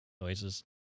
noises